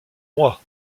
moi